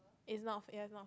is not it have not